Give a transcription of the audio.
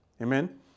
amen